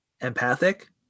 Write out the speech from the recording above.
empathic